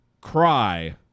Cry